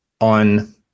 on